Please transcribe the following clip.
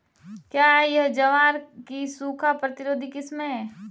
क्या यह ज्वार की सूखा प्रतिरोधी किस्म है?